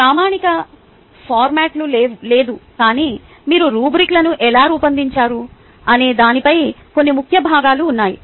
ప్రామాణిక ఫార్మాట్ లేదు కానీ మీరు రుబ్రిక్లను ఎలా రూపొందించారు అనే దానిపై కొన్ని ముఖ్య భాగాలు ఉన్నాయి